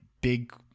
big